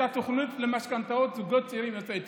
התוכנית למשכנתאות לזוגות צעירים יוצאי אתיופיה.